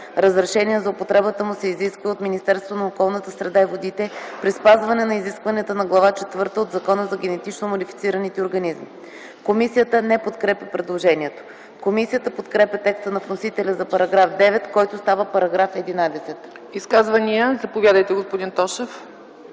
разрешение за употребата му се изисква от Министерството на околната среда и водите при спазване на изискванията на Глава четвърта от Закона за генетично модифицираните организми.” Комисията не подкрепя предложението. Комисията подкрепя текста на вносителя за § 9, който става §11.